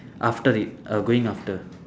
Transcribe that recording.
after it err going after